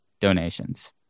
donations